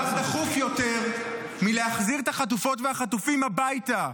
איך יכול להיות שיש דבר דחוף יותר מלהחזיר את החטופות והחטופים הביתה?